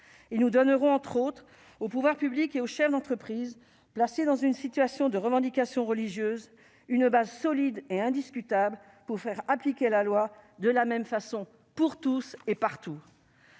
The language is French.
Nous donnerons, entre autres, aux pouvoirs publics et aux chefs d'entreprise, confrontés à une situation de revendication religieuse, une base solide et indiscutable pour faire appliquer la loi de la même façon pour tous et partout.